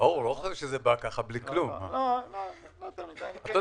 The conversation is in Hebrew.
בסוף בכל פעם שביקשנו